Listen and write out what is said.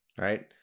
right